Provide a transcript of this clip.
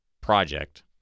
project